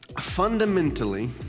fundamentally